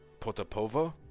Potapova